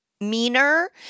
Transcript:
meaner